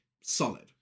solid